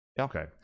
Okay